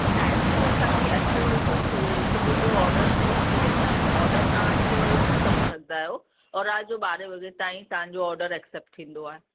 timing असांजी अठें वॻे खां सु सुबुह जो ऑडर शुरू थी वेंदा आहिनि ऑडर तव्हां अठें वॻे खां करे सघंदा आहियो और राति जो ॿारहें वॻे ताईं तव्हांजो ऑडर एक्सेपट थींदो आहे